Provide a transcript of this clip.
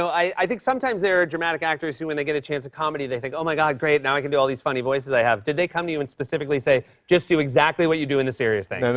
i think sometimes there are dramatic actors who, when they get a chance at comedy, they think, oh, my god, great. now i can do all these funny voices i have. did they come to you and specifically say, just do exactly what you do in the serious things?